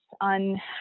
on